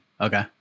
Okay